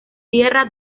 tierra